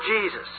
Jesus